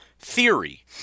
theory